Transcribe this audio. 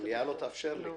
המליאה לא תאפשר לי.